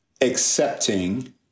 accepting